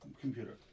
computer